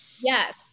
Yes